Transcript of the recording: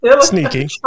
Sneaky